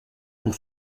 pour